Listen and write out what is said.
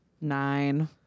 Nine